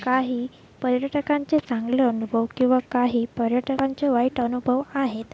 काही पर्यटकांचे चांगले अनुभव किंवा काही पर्यटकांचे वाईट अनुभव आहेत